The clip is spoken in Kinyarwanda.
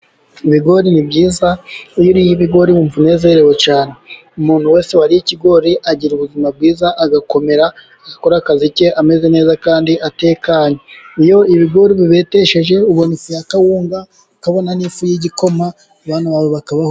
Ibigori ni byiza iyo uriye ibigori wumva unezerewe cyane, umuntu wese wariye ikigori agira ubuzima bwiza, agakomera agakora akazi ke ameze neza kandi atekanye. Iyo ibigori ubibetesheje ubona ifu y'akawunga ukabona n'ifu y'igikoma abana bawe bakabaho.